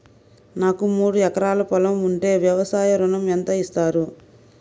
నాకు మూడు ఎకరాలు పొలం ఉంటే వ్యవసాయ ఋణం ఎంత ఇస్తారు?